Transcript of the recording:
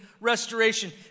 restoration